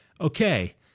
Okay